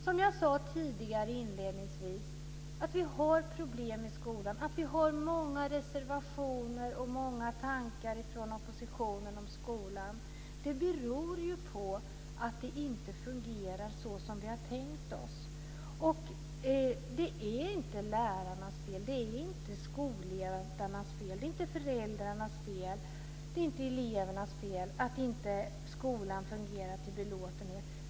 Som jag sade tidigare beror det faktum att vi har problem i skolan och det faktum att det finns många reservationer och tankar från oppositionen om skolan på att det inte fungerar såsom vi har tänkt oss. Det är inte lärarnas fel. Det är inte skoledarnas fel. Det är inte föräldrarnas fel. Det är inte elevernas fel att skolan inte fungerar till belåtenhet.